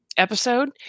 episode